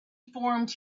formed